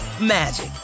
magic